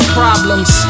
problems